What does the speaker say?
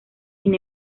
sin